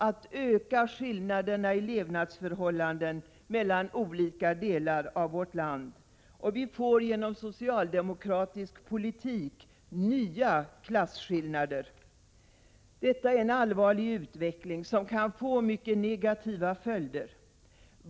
De ökar skillnaderna i levnadsförhållanden mellan olika delar av vårt land, och vi får genom socialdemokratisk politik nya klasskillnader, Detta är en allvarlig utveckling, som kan få mycket negativa följder.